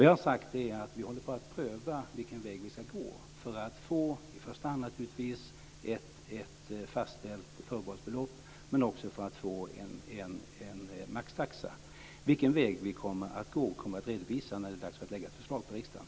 Jag har sagt att vi håller på att pröva vilken väg vi ska gå för att i första hand få ett fastställt förbehållsbelopp men också för att få en maxtaxa. Vilken väg vi kommer att gå ska jag redovisa när det är dags att lägga ett förslag till riksdagen.